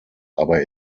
aber